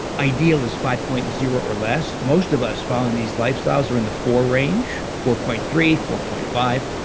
ideal is five point zero or less, most of us fall in these lifestyles are in the four range, four point three, four point five,